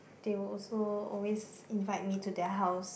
they will also always invite me to their house